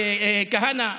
וכהנא.